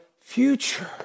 future